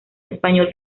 español